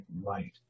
light